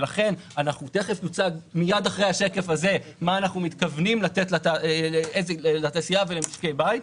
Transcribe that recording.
מיד נציג מה אנחנו מתכוונים לתת לתעשייה ולמשקי הבית,